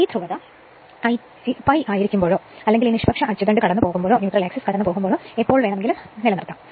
ഈ ധ്രുവത π ആയിരിക്കുമ്പോഴോ അല്ലെങ്കിൽ ഈ നിഷ്പക്ഷ അച്ചുതണ്ട് കടന്നുപോകുമ്പോഴോ എപ്പോൾ വേണമെങ്കിലും നിലനിർത്തും